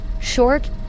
short